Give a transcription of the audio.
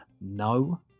No